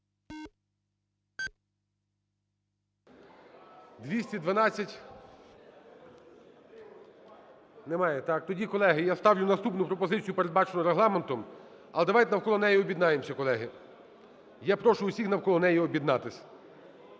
17:00:03 За-212 Немає, так? Тоді, колеги, я ставлю наступну пропозицію, передбачену Регламентом. Але давайте навколо неї об'єднаємося, колеги. Я прошу усіх навколо неї об'єднатися.